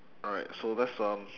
alright so that's um